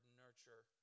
nurture